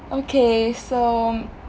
okay so